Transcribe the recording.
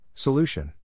Solution